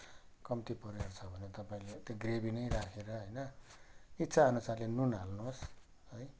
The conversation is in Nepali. कम्ती परिवार छ भने तपाईँले ग्रेभी नै राखेर होइन इच्छाअनुसारले नुन हाल्नुहोस्